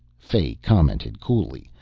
fay commented coolly,